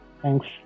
Thanks